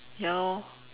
ya lor